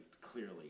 clearly